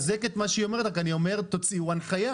אני מחזק את מה שהיא אומרת רק אני אומר תוציאו הנחייה,